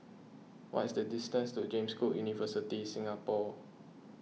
what is the distance to James Cook University Singapore